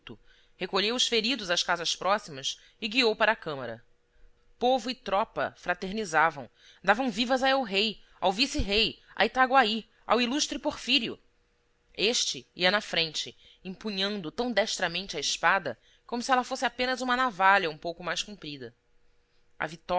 recolheu os feridos às casas próximas e guiou para a câmara povo e tropa fraternizavam davam vivas a el-rei ao vice-rei a itaguaí ao ilustre porfírio este ia na frente empunhando tão destramente a espada como se ela fosse apenas uma navalha um pouco mais comprida a